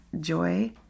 joy